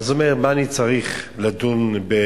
אז הוא אומר: מה אני צריך לדון בדינים?